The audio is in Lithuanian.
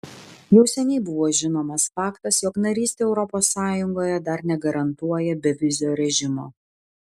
jau seniai buvo žinomas faktas jog narystė europos sąjungoje dar negarantuoja bevizio režimo